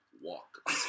walk